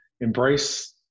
embrace